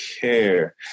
care